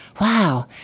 Wow